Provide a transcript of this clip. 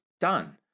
Done